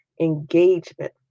engagement